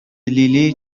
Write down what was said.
لیلی